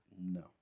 No